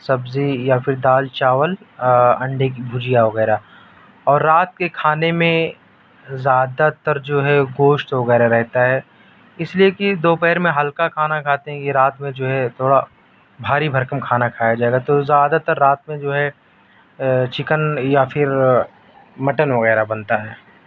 سبزی یا پھر دال چاول انڈے کی بھجیا وغیرہ اور رات کے کھانے میں زیادہ تر جو ہے گوشت وغیرہ رہتا ہے اس لیے کہ دو پہر میں ہلکا کھانا کھاتے ہیں یہ رات میں جو ہے تھوڑا بھاری بھرکم کھانا کھایا جائے گا تو زیادہ تر رات میں جو ہے چکن یا پھر مٹن وغیرہ بنتا ہے